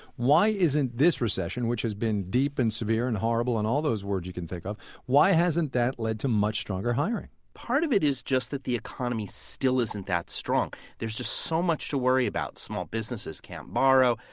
why isn't this recession which has been deep and severe and horrible and all those words you can think of why hasn't that led to much stronger hiring? part of it is just that the economy still isn't that strong. there's just so much to worry about small businesses can't borrow,